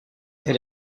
elle